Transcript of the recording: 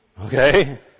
Okay